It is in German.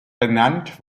benannt